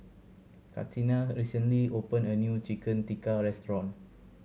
Catina recently opened a new Chicken Tikka restaurant